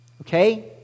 Okay